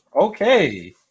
okay